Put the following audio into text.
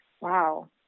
wow